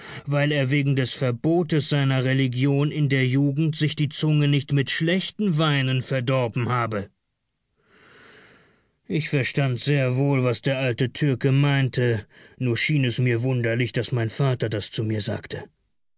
weil er wegen des verbotes seiner religion in der jugend sich die zunge nicht mit schlechten weinen verdorben habe ich verstand sehr wohl was der alte türke meinte nur erschien es mir wunderlich daß mein vater das zu mir sagte